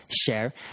share